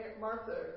Martha